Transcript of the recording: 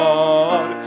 God